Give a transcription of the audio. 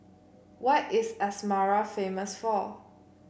what is Asmara famous for